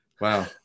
Wow